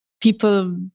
people